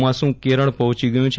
ચોમાસું કેરળ પહોંચી ગયું છે